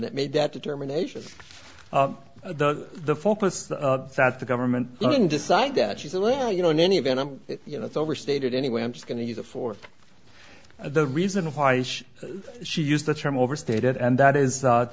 that made that determination the the focus that the government didn't decide that she said well you know in any event you know it's overstated anyway i'm just going to use it for the reason why she used the term overstated and that is